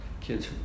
kids